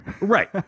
Right